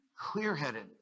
clear-headed